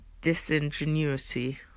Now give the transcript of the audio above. disingenuity